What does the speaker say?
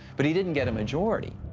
but he didn't get a majority.